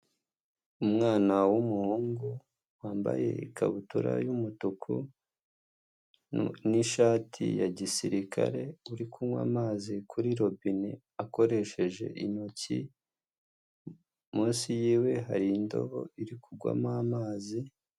Umwana w'umuhungu wambaye ikabutura y'umutuku n'ishati ya gisirikare uri kunywa amazi kuri robine akoresheje intoki, munsi yiwe hari indobo iri kugwamo amazi.